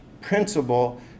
principle